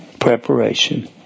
preparation